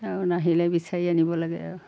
আৰু নাহিলে বিচাৰি আনিব লাগে আৰু